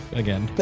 again